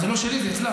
אז זה לא שלי, זה אצלה.